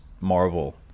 marvel